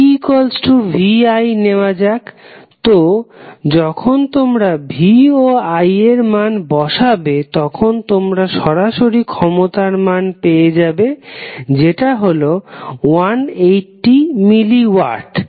pvi নেওয়া যাক তো যখন তোমরা v ও i এর মান বসাবে তখন তোমরা সরাসরি ক্ষমতার মান পেয়ে যাবে যেটা হলো 180 মিলি ওয়াট